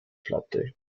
platte